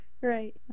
right